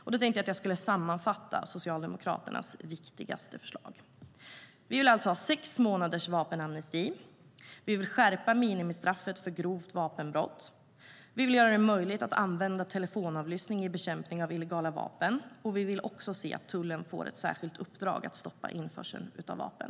Jag tänkte att jag skulle sammanfatta Socialdemokraternas viktigaste förslag: Vi vill ha sex månaders vapenamnesti. Vi vill skärpa minimistraffet för grovt vapenbrott. Vi vill göra det möjligt att använda telefonavlyssning vid bekämpning av illegala vapen. Vi vill se att tullen får i särskilt uppdrag att stoppa införsel av vapen.